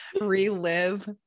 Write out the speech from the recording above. relive